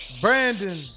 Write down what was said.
Brandon